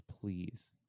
please